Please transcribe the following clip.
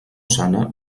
sana